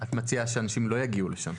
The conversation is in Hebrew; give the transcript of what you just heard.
את מציעה שהאנשים לא יגיעו לשם.